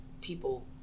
people